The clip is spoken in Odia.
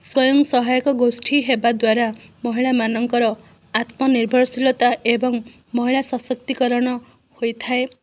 ସ୍ୱୟଂସହାୟକ ଗୋଷ୍ଠୀ ହେବାଦ୍ୱାରା ମହିଳାମାନଙ୍କର ଆତ୍ମନିର୍ଭରଶୀଳତା ଏବଂ ମହିଳା ସଶକ୍ତିକରଣ ହୋଇଥାଏ